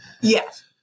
Yes